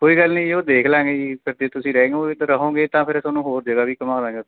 ਕੋਈ ਗੱਲ ਨਹੀਂ ਜੀ ਉਹ ਦੇਖ ਲਾਂਗੇ ਜੀ ਫਿਰ ਜੇ ਤੁਸੀਂ ਰਹਿ ਲਉਂਗੇ ਰਹੋਂਗੇ ਤਾਂ ਫਿਰ ਤੁਹਾਨੂੰ ਹੋਰ ਜਗ੍ਹਾ ਵੀ ਘੁੰਮਾ ਦਾਂਗੇ